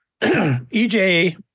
EJ